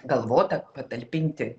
galvota patalpinti